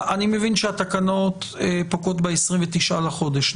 אני מבין שהתקנות פוקעות ב-29 בחודש.